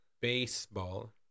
baseball